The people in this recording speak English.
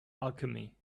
alchemy